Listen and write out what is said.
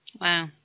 Wow